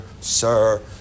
Sir